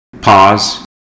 Pause